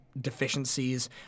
deficiencies